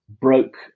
broke